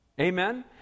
Amen